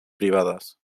privades